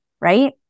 right